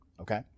okay